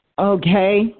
Okay